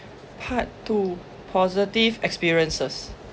part two positive experiences